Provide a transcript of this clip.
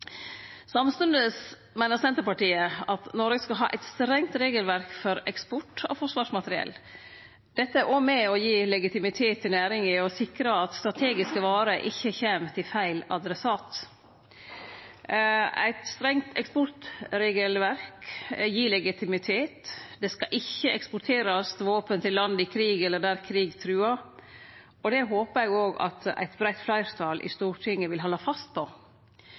Samstundes meiner Senterpartiet at Noreg skal ha eit strengt regelverk for eksport av forsvarsmateriell. Dette er med på å gi legitimitet til næringa og sikre at strategisk vare ikkje kjem til feil adressat. Eit strengt eksportregelverk gir legitimitet. Det skal ikkje eksporterast våpen til land i krig eller der krig truar, og det håpar eg at eit breitt fleirtal i Stortinget vil halde fast på.